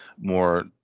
more